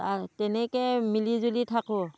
তা তেনেকে মিলি জুলি থাকোঁ